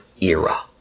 era